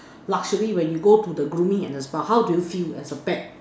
luxury when you go to the grooming and the spa how do you feel as a pet